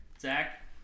Zach